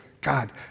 God